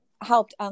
helped